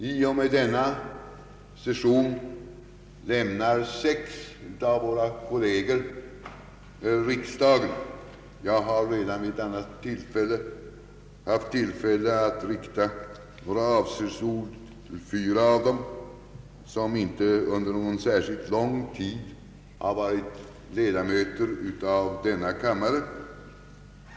I och med denna session lämnar sex av våra kolleger riksdagen. Jag har redan tidigare haft tillfälle att rikta några avskedsord till fyra av dem, som inte under någon särskilt lång tid har varit ledamöter av denna kammare.